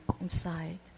inside